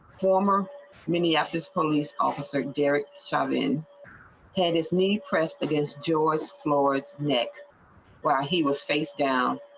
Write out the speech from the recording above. former minneapolis police officer gary saudi and and his knee pressed against joyce floors next why he was face down.